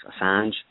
Assange